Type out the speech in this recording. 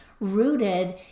rooted